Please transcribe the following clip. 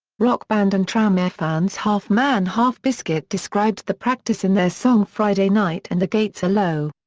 rock band and tranmere fans half man half biscuit described the practice in their song friday night and the gates are low.